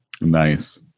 Nice